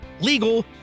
legal